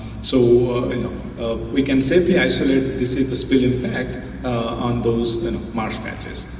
so we can safely isolate the spill impact and those and marsh patches.